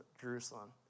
Jerusalem